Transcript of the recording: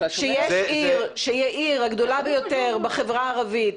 והיא העיר הגדולה ביותר בחברה הערבית,